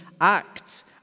act